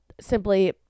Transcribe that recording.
simply